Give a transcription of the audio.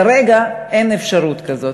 כרגע אין אפשרות כזאת.